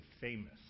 famous